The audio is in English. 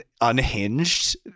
unhinged